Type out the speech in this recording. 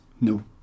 no